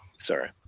Sorry